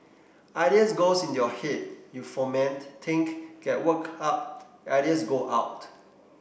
ideas goes into your head you foment think get worked up ideas go out